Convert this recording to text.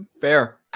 Fair